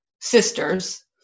sisters